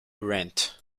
rent